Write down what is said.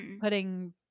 putting